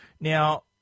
Now